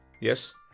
Yes